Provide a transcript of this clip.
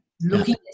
looking